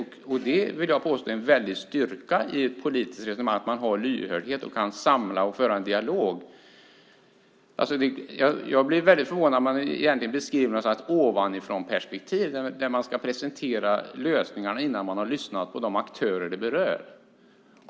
Jag vill påstå att det är en väldig styrka i ett politiskt resonemang att man har lyhördhet och kan samla och föra en dialog. Jag blir väldigt förvånad när man beskriver något slags ovanifrånperspektiv och ska presentera lösningar innan man har lyssnat på de aktörer det berör.